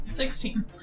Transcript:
Sixteen